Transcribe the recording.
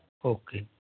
okay